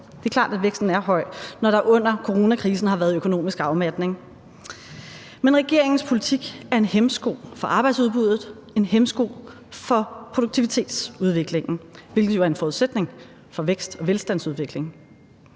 det er klart, at væksten er høj, når der under coronakrisen har været økonomisk afmatning. Men regeringens politik er en hæmsko for arbejdsudbuddet, en hæmsko for produktivitetsudviklingen, hvilket jo er en forudsætning for vækst og velstandsudvikling.